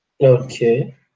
Okay